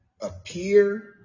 appear